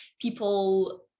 people